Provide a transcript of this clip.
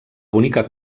bonica